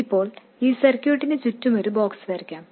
ഇപ്പോൾ ഈ സർക്യൂട്ടിന് ചുറ്റുമൊരു ബോക്സ് വരയ്ക്കാം